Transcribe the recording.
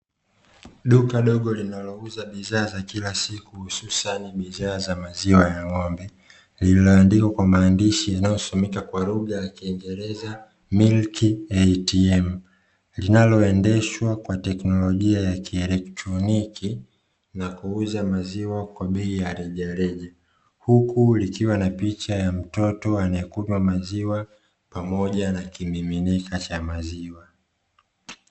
Duka dogo linalouza bidhaa za kila siku hususan bidhaa za maziwa ya ng'ombe, lililoandikwa kwa maandishi yanayotumika kwa lugha ya kiingereza "Miliki Atm", linaloendeshwa kwa teknolojia ya kielektroniki na kuuza maziwa kwa bei ya rejareja, huku likiwa na picha ya mtoto anayekunywa maziwa pamoja na kimiminika cha maziwa.